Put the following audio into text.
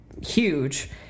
Huge